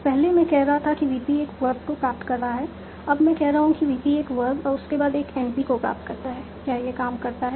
तो पहले मैं कह रहा था कि VP एक वर्ब को प्राप्त कर रहा है अब मैं कह रहा हूं कि VP एक वर्ब और उसके बाद एक NP को प्राप्त करता है क्या यह काम करता है